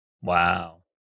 Wow